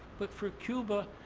but for cuba,